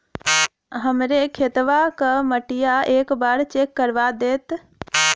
हमरे खेतवा क मटीया एक बार चेक करवा देत?